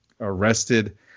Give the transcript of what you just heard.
arrested